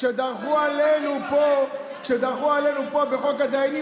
כשדרכו עלינו פה בחוק הדיינים,